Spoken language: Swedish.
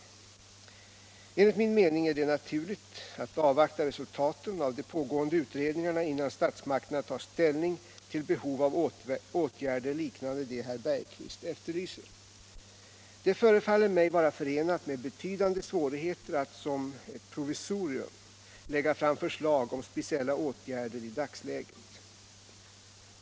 Tisdagen den Enligt min mening är det naturligt att avvakta resultaten av de på 12 april 1977 gående utredningarna innan statsmakterna tar ställning till behov av åtgärder liknande de herr Bergqvist efterlyser. Det förefaller mig vara för —- Om samhällets enat med betydande svårigheter att som ett provisorium lägga fram förslag — kontroll över om speciella åtgärder i dagsläget.